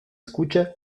escucha